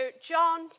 John